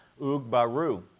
Ugbaru